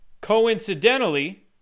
Coincidentally